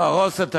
להרוס את העיר.